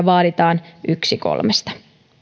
vaaditaan yksi kolmesta